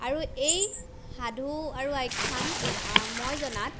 আৰু এই সাধু আৰু আখ্যান মই জনাত